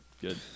Good